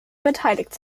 beteiligt